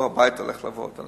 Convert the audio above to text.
לא הביתה, הולך לעבוד.